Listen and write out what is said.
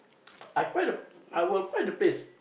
I find the I will find the place